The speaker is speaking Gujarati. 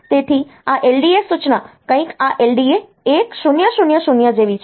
તેથી આ LDA સૂચના કંઈક આ LDA 1000 જેવી છે